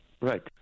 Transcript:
Right